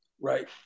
right